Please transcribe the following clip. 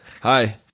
hi